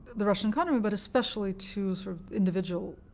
the russian economy, but especially to sort of individual